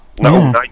no